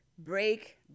break